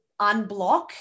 unblock